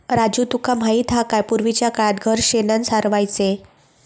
राजू तुका माहित हा काय, पूर्वीच्या काळात घर शेणानं सारवायचे